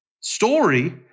story